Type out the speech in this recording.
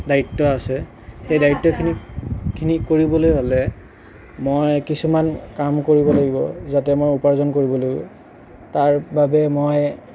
দায়িত্ব আছে সেই দায়িত্বখিনি খিনি কৰিবলৈ হ'লে মই কিছুমান কাম কৰিব লাগিব যাতে মই উপাৰ্জন কৰিবলৈয়ো তাৰ বাবে মই